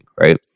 right